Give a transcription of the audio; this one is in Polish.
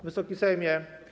Wysoki Sejmie!